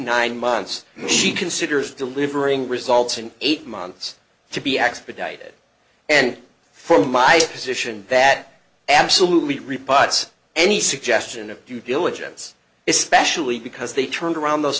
nine months she considers delivering results in eight months to be accepted dated and for my position that absolutely rebuts any suggestion of due diligence especially because they turned around those